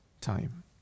time